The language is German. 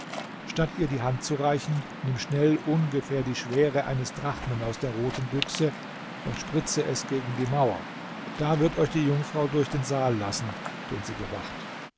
statt ihr die hand zu reichen nimm schnell ungefähr die schwere eines drachmen aus der roten büchse und spritze es gegen die mauer da wird euch die jungfrau durch den saal lassen den sie bewacht